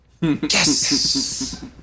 Yes